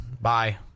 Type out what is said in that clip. Bye